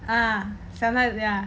ah ya